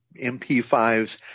MP5s